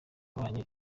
banyu